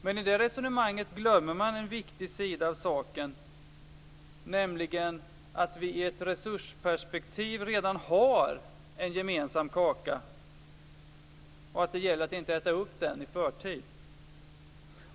Men i det resonemanget glömmer man en viktig sida av saken, nämligen att vi i ett resursperspektiv redan har en gemensam kaka och att det gäller att inte äta upp den i förtid.